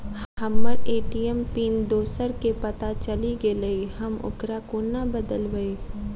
हम्मर ATM PIN दोसर केँ पत्ता चलि गेलै, हम ओकरा कोना बदलबै?